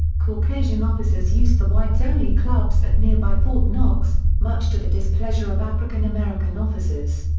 caucasian officers used the whites-only clubs at nearby fort knox, much to the displeasure of african-american officers.